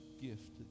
gift